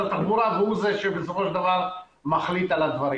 התחבורה והוא זה שבסופו של דבר מחליט על הדברים.